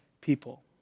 people